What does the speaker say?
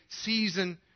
season